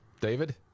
David